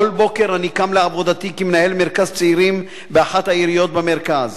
כל בוקר אני קם לעבודתי כמנהל מרכז צעירים באחת העיריות במרכז,